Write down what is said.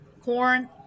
corn